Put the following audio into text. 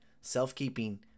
self-keeping